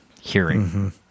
hearing